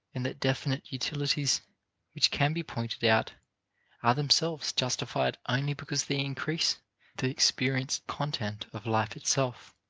and that definite utilities which can be pointed out are themselves justified only because they increase the experienced content of life itself.